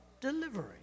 delivery